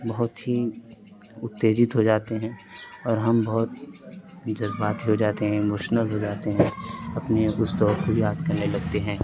بہت ہی اتیجت ہو جاتے ہیں اور ہم بہت جذباتی ہو جاتے ہیں ایموشنل ہو جاتے ہیں اپنے اس دور کو یاد کرنے لگتے ہیں